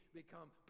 become